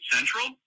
Central